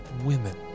women